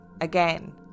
Again